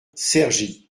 cergy